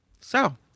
So-